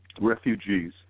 Refugees